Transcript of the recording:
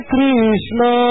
Krishna